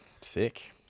Sick